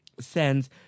sends